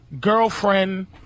girlfriend